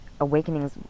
awakenings